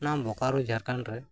ᱱᱚᱣᱟ ᱵᱟᱠᱟᱨᱳ ᱡᱷᱟᱲᱠᱷᱚᱸᱰ ᱨᱮ